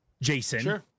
jason